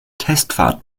testfahrt